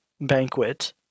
banquet